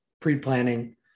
pre-planning